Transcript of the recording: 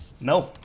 No